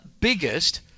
biggest